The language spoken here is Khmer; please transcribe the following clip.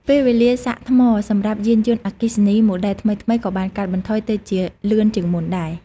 ពេលវេលាសាកថ្មសម្រាប់យានយន្តអគ្គីសនី ម៉ូដែលថ្មីៗ ក៏បានកាត់បន្ថយទៅជាលឿនជាងមុនដែរ។